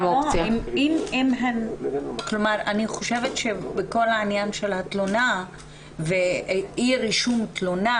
אני חושבת שבכל העניין של התלונה ואי רישום תלונה,